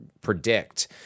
predict